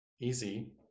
easy